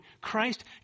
Christ